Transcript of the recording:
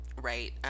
right